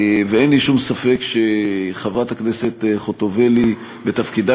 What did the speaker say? ואין לי שום ספק שחברת הכנסת חוטובלי בתפקידה